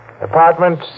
apartment